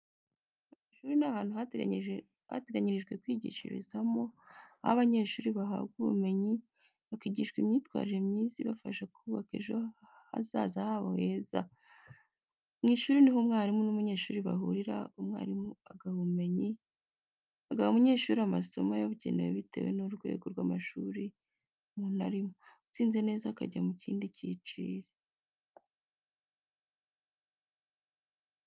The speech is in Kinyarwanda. Amashuri ni ahantu hateganyirijwe kwigishirizwamo, aho abanyeshuri bahabwa ubumenyi bakigishwa n'imyitwarire myiza ibafasha kubaka ejo hazaza habo heza. Mu ishuri niho umwarimu n'umunyeshuri bahurira, umwarimu agaha abanyeshuri amasomo abagenewe bitewe n'urwego rw'amashuri umuntu arimo, utsinze neza akajya mu kindi cyiciro.